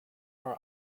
our